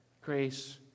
grace